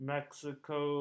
Mexico